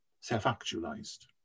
self-actualized